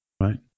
right